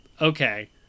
okay